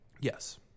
Yes